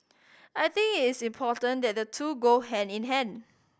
I think it is important that the two go hand in hand